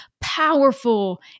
powerful